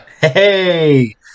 Hey